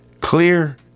clear